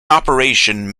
operation